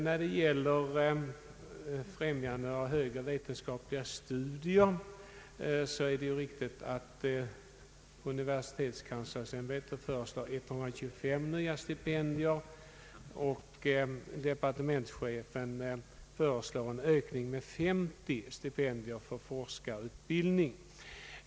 När det gäller stipendier för främjande av högre vetenskapliga studier är det riktigt att universitetskanslersämbetet föreslår 125 nya forskarstipendier. Departementschefen föreslår en ökning med 50 stipendier för forskarutbildning.